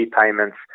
payments